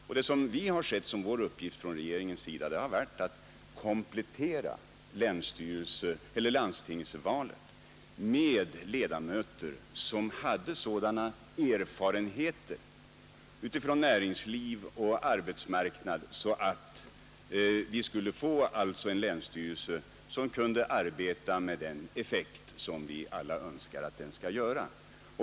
Vad vi har sett som regeringens uppgift har varit att komplettera landstingens val med ledamöter som hade sådana erfarenheter från näringsliv och arbetsmarknad att vi skulle kunna få en länsstyrelse som kunde arbeta med den effekt som vi alla önskar.